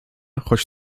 choć